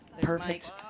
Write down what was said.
Perfect